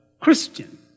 Christian